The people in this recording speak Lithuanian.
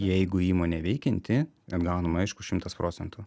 jeigu įmonė veikianti atgaunama aišku šimtas procentų